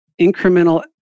incremental